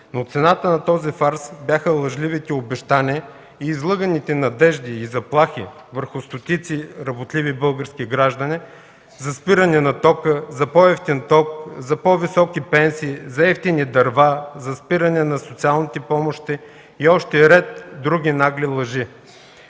но цената на този фарс бяха лъжливите обещания и излъганите надежди и заплахи върху стотици работливи български граждани за спиране на тока, за по-евтин ток, за по-високи пенсии, за евтини дърва, за спиране на социалните помощи и още ред други нагли лъжи.